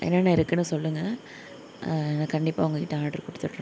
என்னென்ன இருக்குதுன்னு சொல்லுங்க நான் கண்டிப்பாக உங்கள்கிட்ட ஆடர் கொடுத்துட்றன்